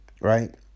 right